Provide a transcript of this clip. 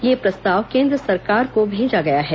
यह प्रस्ताव केंद्र सरकार को भेजा गया है